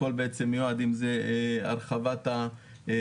הכל בעצם מיועד אם זה להרחבת המדרכות,